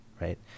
right